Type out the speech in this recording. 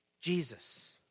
Jesus